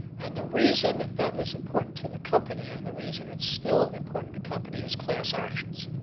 and the reason that was important to the company, and the reason it's still important to company, is class actions.